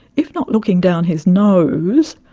if not looking down his nose,